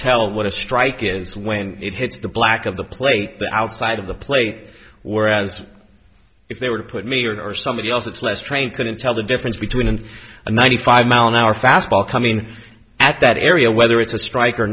tell what a strike is when it hits the black of the plate the outside of the plate whereas if they were to put me or somebody else that's less trained couldn't tell the difference between and a ninety five mile an hour fastball coming at that area whether it's a strike or